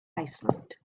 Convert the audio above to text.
iceland